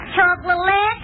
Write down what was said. Chocolate